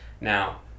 Now